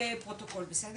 (הישיבה נפסקה בשעה 12:47